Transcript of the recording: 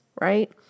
right